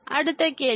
அடுத்த கேள்வி